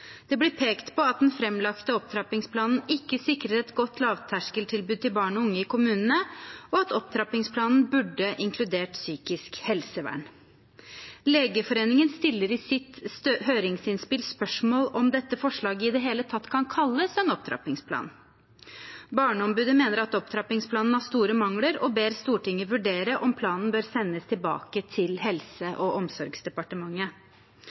Det blir pekt på at den framlagte opptrappingsplanen ikke sikrer et godt lavterskeltilbud for barn og unge i kommunene, og at opptrappingsplanen burde inkludert psykisk helsevern. Legeforeningen stiller i sitt høringsinnspill spørsmål om dette forslaget i det hele tatt kan kalles en opptrappingsplan. Barneombudet mener opptrappingsplanen har store mangler og ber Stortinget vurdere om planen bør sendes tilbake til